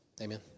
amen